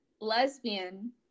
lesbian